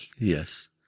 Yes